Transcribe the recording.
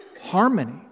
harmony